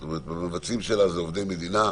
זאת אומרת: המבצעים שלה זה עובדי מדינה.